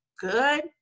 good